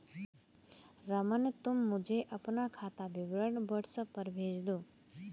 रमन, तुम मुझे अपना खाता विवरण व्हाट्सएप पर भेज दो